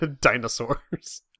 dinosaurs